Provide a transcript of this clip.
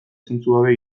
zentzugabea